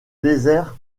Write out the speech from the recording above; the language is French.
désert